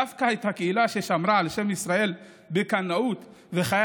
דווקא הקהילה ששמרה על שם ישראל בקנאות וחיה